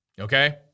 okay